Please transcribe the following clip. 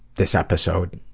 this episode